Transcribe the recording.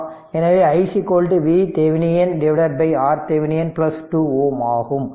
எனவே i VThevenin RThevenin 2 Ω ஆகும்